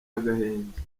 agahenge